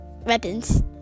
weapons